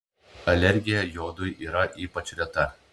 alergija jodui yra ypač reta